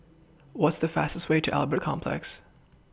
What's The fastest Way to Albert Complex